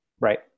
Right